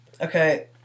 Okay